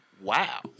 Wow